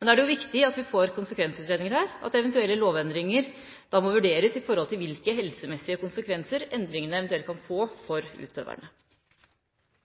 Da er det viktig at vi får konsekvensutredninger, og at eventuelle lovendringer da må vurderes opp mot hvilke helsemessige konsekvenser endringene eventuelt kan få for utøverne.